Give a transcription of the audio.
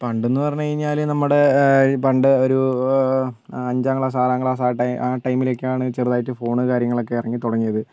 പണ്ടെന്ന് പറഞ്ഞു കഴിഞ്ഞാൽ നമ്മുടെ പണ്ട് ഒരു അഞ്ചാം ക്ലാസ് ആറാം ക്ലാസ് ആ ടൈം ആ ടൈമിലൊക്കെയാണ് ചെറുതായിട്ട് ഫോൺ കാര്യങ്ങളൊക്കെ ഇറങ്ങിത്തുടങ്ങിയത്